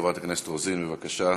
חברת הכנסת רוזין, בבקשה.